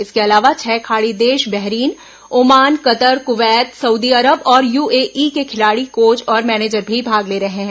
इसके अलावा छह खाड़ी देश Bahrain Oman Qatar Kuwait Saudi Arab और यूएई के खिलाड़ी कोच और मैनेजर भी भाग ले रहे हैं